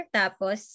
tapos